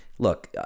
Look